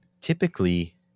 typically